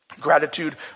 Gratitude